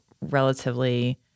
relatively